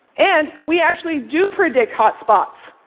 and we actually do predict hotspots,